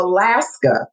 Alaska